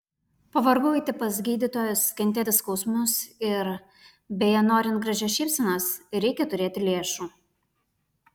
pavargau eiti pas gydytojus kentėti skausmus ir beje norint gražios šypsenos reikia turėti lėšų